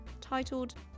titled